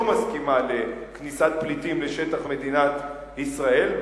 לא מסכימה לכניסת פליטים לשטח מדינת ישראל,